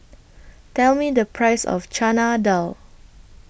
Tell Me The Price of Chana Dal